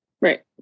Right